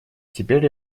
теперь